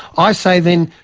i say then,